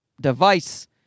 device